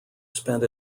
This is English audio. spent